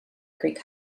creek